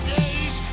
days